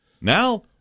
Now